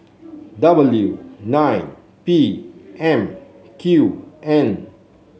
W nine P M Q N